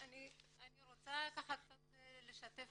רוצה לשתף